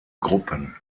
gruppen